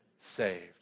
saved